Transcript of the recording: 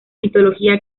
mitología